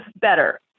better